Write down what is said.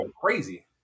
crazy